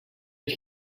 did